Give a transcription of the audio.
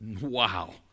Wow